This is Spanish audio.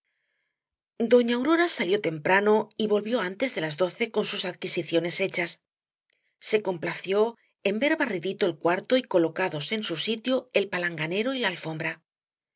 doña aurora salió temprano y volvió antes de las doce con sus adquisiciones hechas se complació en ver barridito el cuarto y colocados en su sitio el palanganero y la alfombra